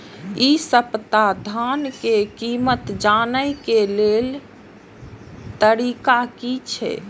इ सप्ताह धान के कीमत जाने के लेल तरीका की छे?